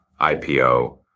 IPO